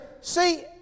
see